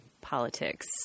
politics